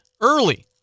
early